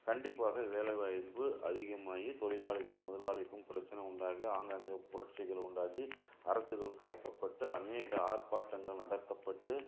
கண்டிப்பாக வேலைவாய்ப்பு அதிகமாகி தொழிலாளிக்கும் முதலாளிக்கும் பிரச்சனை உண்டாகி ஆங்காங்கே புரட்சிகள் உண்டாகி அரசுகள் கலைக்கக்கப்பட்டு அநேக ஆர்ப்பாட்டங்கள் நடத்தப்பட்டு